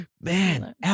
Man